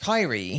Kyrie